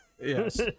yes